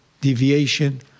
deviation